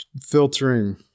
filtering